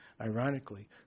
ironically